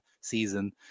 season